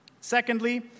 Secondly